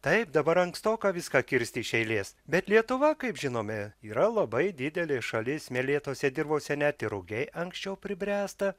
taip dabar ankstoka viską kirsti iš eilės bet lietuva kaip žinome yra labai didelė šalis smėlėtose dirvose net ir rugiai anksčiau pribręsta